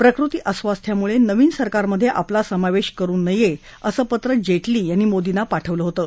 प्रकृती अस्वास्थामुळे नवीन सरकारमधे आपला समावेश करू नये असं पत्र जेटली यांनी मोदींना पाठवलं होतं